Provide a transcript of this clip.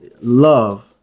love